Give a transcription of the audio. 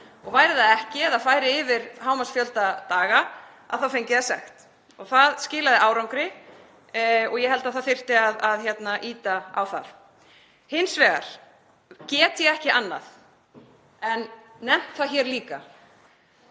það væri það ekki eða færi yfir hámarksfjölda daga þá fengi það sekt. Það skilaði árangri og ég held að það þyrfti að ýta á það. Hins vegar get ég ekki annað en nefnt það hér líka